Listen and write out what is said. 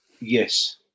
Yes